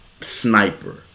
sniper